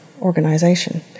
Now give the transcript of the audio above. organization